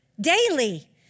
daily